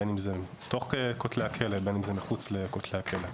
בין אם זה בתוך כותלי הכלא ובין אם זה מחוץ לכותלי הכלא.